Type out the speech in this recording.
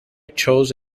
chose